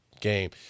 game